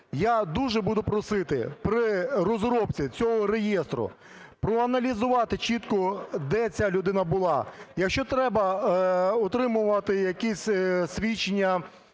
Я дуже буду просити при розробці цього реєстру проаналізувати чітко, де ця людина була. Якщо треба отримувати якісь свідчення